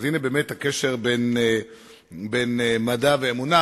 אז הנה באמת הקשר בין מדע לאמונה.